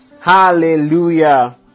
Hallelujah